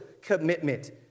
commitment